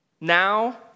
Now